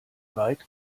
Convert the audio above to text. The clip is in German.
weit